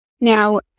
Now